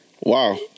Wow